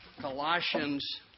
Colossians